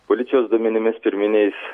policijos duomenimis pirminiais